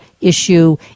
issue